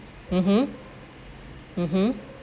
mmhmm mmhmm